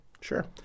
Sure